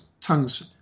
tongues